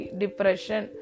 depression